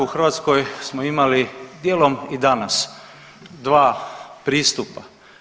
U Hrvatskoj smo imali djelom i danas dva pristupa.